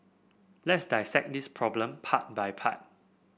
let's dissect this problem part by part